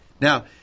now